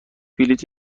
بلیط